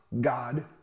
God